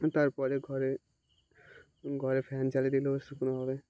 তারপরে ঘরে ঘরে ফ্যান চালিয়ে দিলেও শুকনো হবে